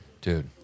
Dude